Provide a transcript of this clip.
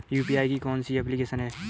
UPI की कौन कौन सी एप्लिकेशन हैं?